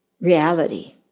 reality